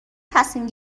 تصمیم